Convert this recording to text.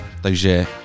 takže